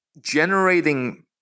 generating